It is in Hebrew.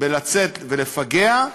בלצאת ולפגע,